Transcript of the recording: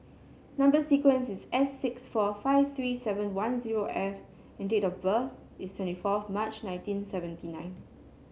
number sequence is S six four five three seven one zero F and date of birth is twenty fourth March nineteen seventy nine